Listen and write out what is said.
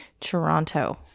Toronto